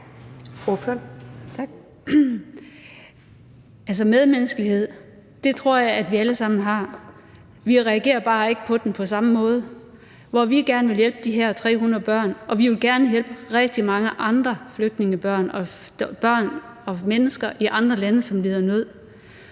Medmenneskelighed tror jeg at vi alle sammen har. Vi reagerer bare ikke på den på samme måde, hvor vi gerne vil hjælpe de her 300 børn, og vi vil gerne hjælpe rigtig mange andre flygtningebørn og børn og andre mennesker i andre lande, som lider nød.